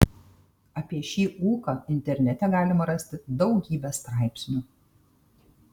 apie šį ūką internete galima rasti daugybę straipsnių